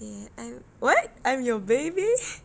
eh I what I'm your baby